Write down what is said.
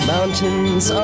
Mountains